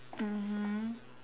mmhmm